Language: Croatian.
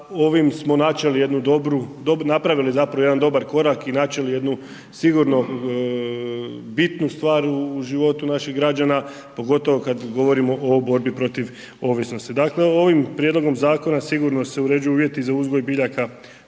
dobru, napravili zapravo jedan dobar korak i načeli jednu sigurno bitnu stvar u životu naših građana pogotovo kad govorimo o borbi protiv ovisnosti. Dakle, ovim prijedlogom zakona sigurno se uređuju uvjeti za uzgoj biljaka